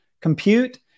Compute